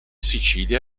sicilia